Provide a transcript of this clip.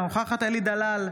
אינה נוכחת אלי דלל,